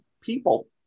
people